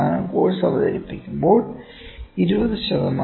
course അവതരിപ്പിക്കുമ്പോൾ 20 ശതമാനം